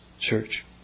church